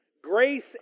Grace